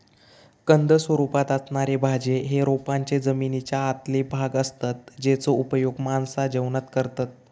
कंद स्वरूपात असणारे भाज्ये हे रोपांचे जमनीच्या आतले भाग असतत जेचो उपयोग माणसा जेवणात करतत